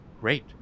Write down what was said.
great